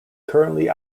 currently